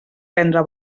vendre